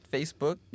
Facebook